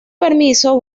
permiso